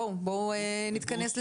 בואו נתכנס.